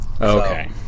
Okay